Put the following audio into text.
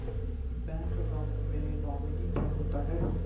Bank account में nominee क्या होता है?